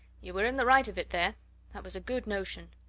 you were in the right of it, there that was a good notion.